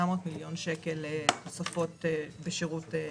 מיליון שקל תוספות לשירות אמיתי.